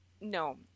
No